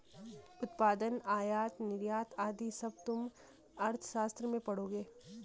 उत्पादन, आयात निर्यात आदि सब तुम अर्थशास्त्र में पढ़ोगे